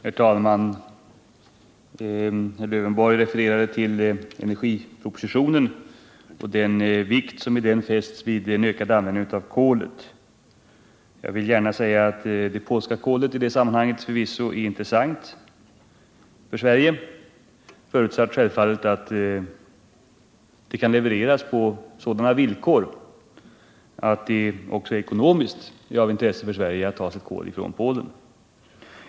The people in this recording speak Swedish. Herr talman! Herr Lövenborg refererade till energipropositionen och till den vikt som i denna fästs vid ökad användning av kolet. Jag vill gärna säga att det polska kolet i detta sammanhang förvisso är intressant för Sverige, självfallet då förutsatt att det kan levereras på sådana villkor att det ekonomiskt är av intresse för Sverige att ta detta kol från Polen.